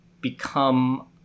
become